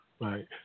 Right